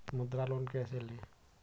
मुद्रा लोन कैसे ले?